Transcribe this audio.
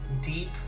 deep